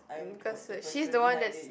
because she's the one that